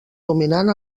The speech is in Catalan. dominant